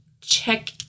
check